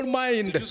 mind